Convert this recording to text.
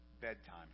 bedtime